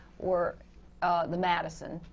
were the madison.